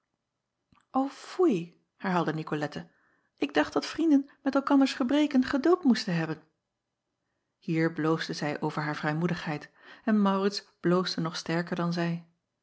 foei herhaalde icolette ik dacht dat vrienden met elkanders gebreken geduld moesten hebben ier bloosde zij over haar vrijmoedigheid en aurits bloosde nog sterker dan zij